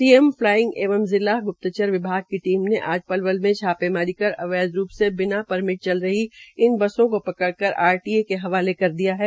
CM flying एवं जिला ग्प्तचर विभाग की टीम ने आज पलवल में छापेमारी कर अवैध रूप से बिना परमिट चल रही दस बसों को पकड़कर आरटीए के हवाले कर दिया है